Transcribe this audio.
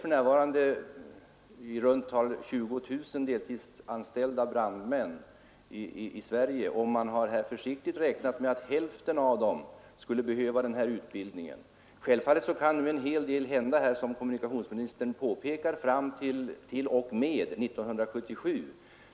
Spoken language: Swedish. För närvarande finns i runt tal 20 000 deltidsanställda brandmän i Sverige, och man har försiktigt räknat med att hälften av dem skulle behöva utbildning. Självfallet kan en hel del hända fram till 1977, som kommunikationsministern påpekar.